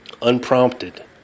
unprompted